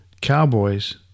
Cowboys